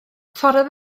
torrodd